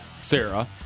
Sarah